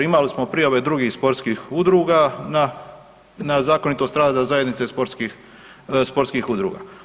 Imali smo prijave drugih sportskih udruga na zakonitost rada Zajednice sportskih udruga.